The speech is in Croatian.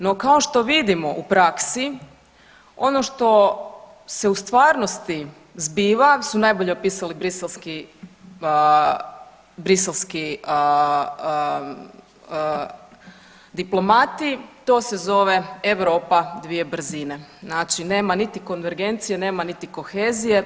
No kao što vidimo u praksi ono što se u stvarnosti zbiva su najbolje opisali briselski diplomati, to se zove Europa dvije brzine, znači nema niti konvergencije, nema niti kohezije.